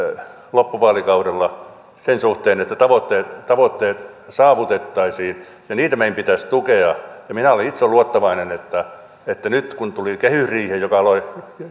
loppuvaalikaudella sen suhteen että tavoitteet tavoitteet saavutettaisiin ja niitä meidän pitäisi tukea minä olen itse luottavainen että nyt kun tuli kehysriihi joka